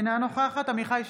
אינה נוכחת עמיחי שיקלי,